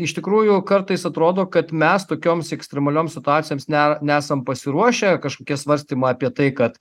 iš tikrųjų kartais atrodo kad mes tokioms ekstremalioms situacijoms ne nesam pasiruošę kažkokie svarstymai apie tai kad